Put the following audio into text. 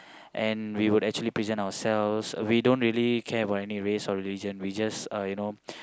and we would actually present ourselves uh we don't really care about any race or religion we just uh you know